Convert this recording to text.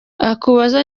akubaza